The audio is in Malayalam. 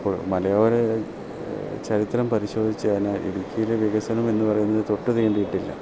അപ്പോൾ മലയാര ചരിത്രം പരിശോധിച്ച് കഴിഞ്ഞാൽ ഇടുക്കിയിലെ വികസനമെന്ന് പറയുന്നത് തൊട്ട് തീണ്ടീട്ടില്ല